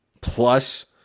plus